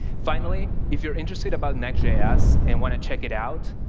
finally, if you're interested about next js and want to check it out,